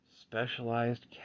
specialized